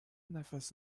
نفس